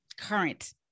current